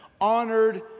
Honored